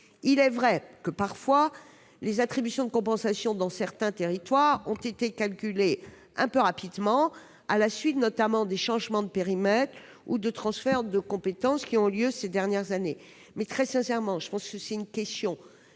Il est vrai que, parfois, les attributions de compensation dans certains territoires ont été calculées un peu rapidement, notamment à la suite des changements de périmètre ou de transferts de compétences qui ont lieu ces dernières années. Il me semble que cette question